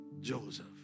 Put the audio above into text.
Joseph